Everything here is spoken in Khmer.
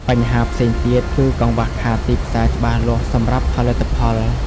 បញ្ហាផ្សេងទៀតគឺកង្វះខាតទីផ្សារច្បាស់លាស់សម្រាប់ផលិតផល។